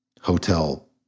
hotel